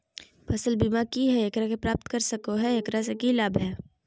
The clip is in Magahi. फसल बीमा की है, एकरा के प्राप्त कर सको है, एकरा से की लाभ है?